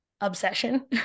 obsession